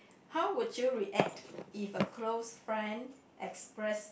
how would you react if a close friend express